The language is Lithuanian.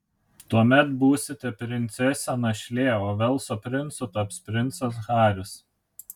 tuomet būsite princesė našlė o velso princu taps princas haris